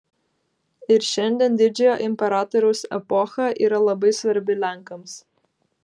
ir šiandien didžiojo imperatoriaus epocha yra labai svarbi lenkams